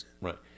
Right